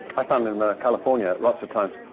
i found in california, lots of times,